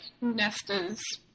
Nesta's